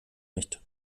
nicht